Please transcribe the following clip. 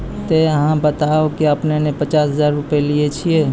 ते अहाँ बता की आपने ने पचास हजार रु लिए छिए?